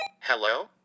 Hello